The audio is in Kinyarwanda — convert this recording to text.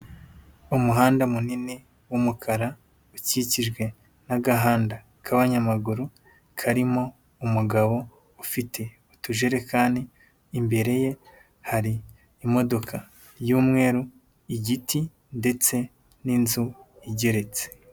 Umuhanda munini w'umukara, ukikijwe n'agahanda k'abanyamaguru, karimo umugabo ufite utujerekani, imbere ye hari imodoka y'umweru, igiti ndetse n'inzu igeretse.